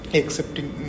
accepting